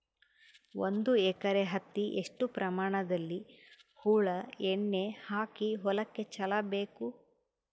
ಒಂದು ಎಕರೆ ಹತ್ತಿ ಎಷ್ಟು ಪ್ರಮಾಣದಲ್ಲಿ ಹುಳ ಎಣ್ಣೆ ಹಾಕಿ ಹೊಲಕ್ಕೆ ಚಲಬೇಕು?